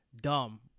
dumb